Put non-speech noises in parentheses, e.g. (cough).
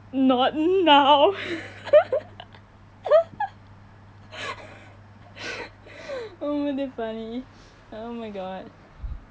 not now (laughs) oh my damn funny oh my god